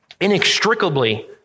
inextricably